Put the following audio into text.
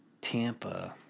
Tampa